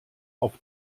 auf